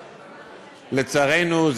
לצערנו,